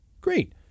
great